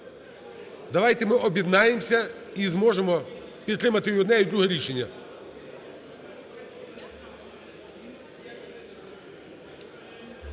Давайте ми об'єднаємося і зможемо підтримати і одне, і друге рішення.